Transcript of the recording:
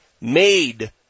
made